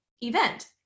event